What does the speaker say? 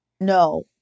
No